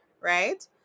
Right